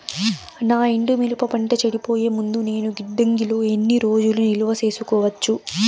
నా ఎండు మిరప పంట చెడిపోయే ముందు నేను గిడ్డంగి లో ఎన్ని రోజులు నిలువ సేసుకోవచ్చు?